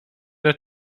der